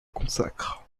consacre